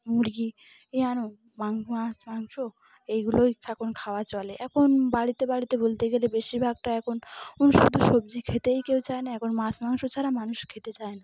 মুরগি ই আনো মাং মাছ মাংস এইগুলোই এখন খাওয়া চলে এখন বাড়িতে বাড়িতে বলতে গেলে বেশিরভাগটা এখন ওন শুধু সবজি খেতেই কেউ চায় না এখন মাছ মাংস ছাড়া মানুষ খেতে চায় না